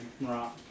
right